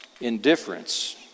indifference